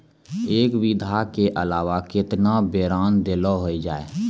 एक बीघा के अलावा केतना बोरान देलो हो जाए?